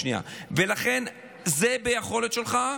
ולכן זה ביכולת שלך,